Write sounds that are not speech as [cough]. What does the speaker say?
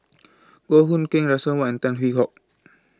Goh Hood Keng Russel Wong Tan Hwee Hock [noise]